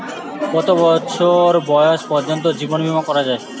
কত বছর বয়স পর্জন্ত জীবন বিমা করা য়ায়?